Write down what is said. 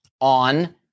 on